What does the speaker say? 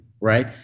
right